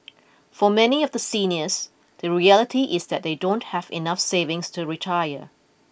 for many of the seniors the reality is that they don't have enough savings to retire